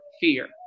fear